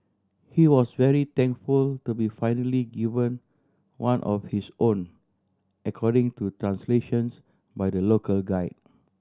he was very thankful to be finally given one of his own according to translations by the local guide